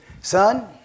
Son